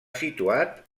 situat